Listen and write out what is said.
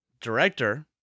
director